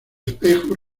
espejos